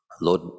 lord